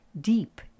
deep